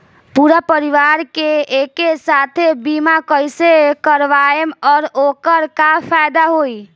पूरा परिवार के एके साथे बीमा कईसे करवाएम और ओकर का फायदा होई?